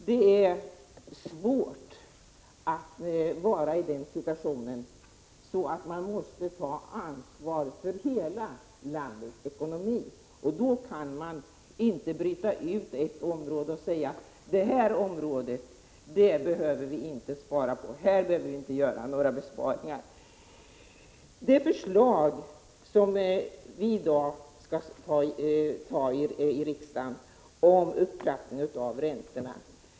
Det är svårt, Claeson, att vara i den situationen att man måste ta ansvar för hela landets ekonomi. Då kan man inte bryta ut ett område och säga: Här behöver vi inte göra några besparingar. Vi skall i riksdagen i dag ta ställning till ett förslag om en upptrappning av räntorna.